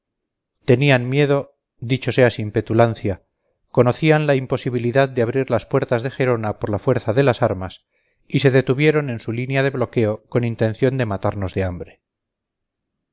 tenían miedo dicho sea sin petulancia conocían la imposibilidad de abrir las puertas de gerona por la fuerza de las armas y se detuvieron en su línea de bloqueo con intención de matarnos de hambre